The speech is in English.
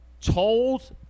Told